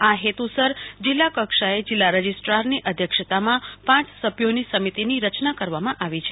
આ હેતુસર જિલ્લાકક્ષાએ જિલ્લા રજીસ્ટ્રારની અધ્યક્ષતામાં પાંચ સભ્યોની સમિતિની રચના કરવામાં આવી છે